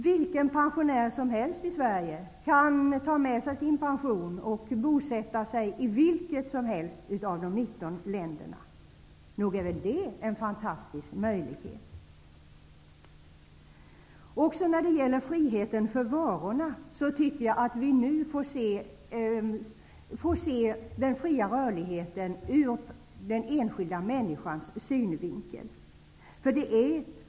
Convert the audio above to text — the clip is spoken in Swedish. Vilken pensionär som helst i Sverige kan ta med sig sin pension och bosätta sig i vilket som helst av de 19 länderna. Nog är väl det en fantastisk möjlighet! Också när det gäller friheten för varor anser jag att vi måste se den fria rörligheten ur den enskilda människans synvinkel.